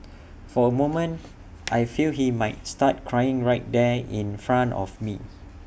for A moment I feel he might start crying right there in front of me